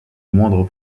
moindre